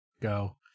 go